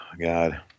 God